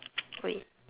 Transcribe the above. wait